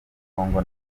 congo